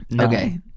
Okay